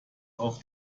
auf